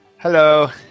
Hello